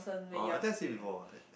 orh I think I see before ah